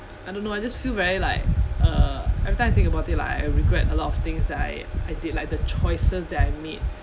I don't know I just feel very like uh every time I think about it like I regret a lot of things that I I did like the choices that I made